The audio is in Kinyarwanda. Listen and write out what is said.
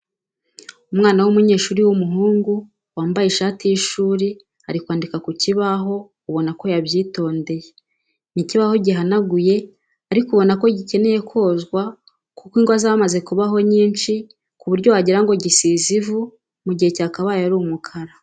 Umwana w'umunyeshuri w'umuhungu wamabye ishati y'ishuri ari kwandika ku kibaho ubona ko yabyitondeye. Ni ikibaho gihanaguye ariko ubona ko gicyeneye kozwa kuko ingwa zamaze kubaho nyinshi ku buryo wagirango gisize ivu mu gihe cyakabaye ari umukara.